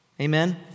Amen